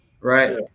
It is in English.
right